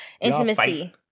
Intimacy